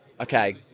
Okay